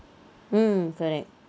mm correct